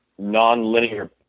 nonlinear